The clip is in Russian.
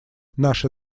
наша